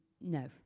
no